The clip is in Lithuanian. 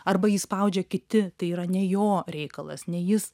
arba jį spaudžia kiti tai yra ne jo reikalas ne jis